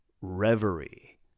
reverie